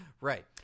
Right